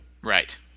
Right